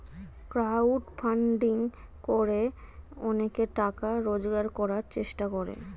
crowd funding করে অনেকে টাকা রোজগার করার চেষ্টা করে